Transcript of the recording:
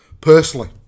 Personally